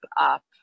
up